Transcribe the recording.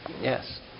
Yes